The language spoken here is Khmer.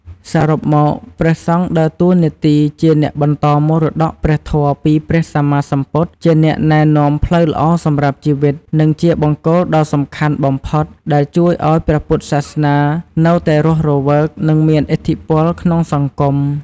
សរុបមក ព្រះសង្ឃដើរតួនាទីជាអ្នកបន្តមរតកព្រះធម៌ពីព្រះសម្មាសម្ពុទ្ធ ជាអ្នកណែនាំផ្លូវល្អសម្រាប់ជីវិត និងជាបង្គោលដ៏សំខាន់បំផុតដែលជួយឱ្យព្រះពុទ្ធសាសនានៅតែរស់រវើក និងមានឥទ្ធិពលក្នុងសង្គម។